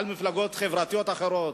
על מפלגות חברתיות אחרות,